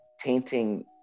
tainting